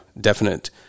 definite